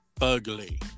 ugly